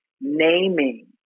naming